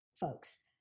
folks